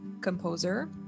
composer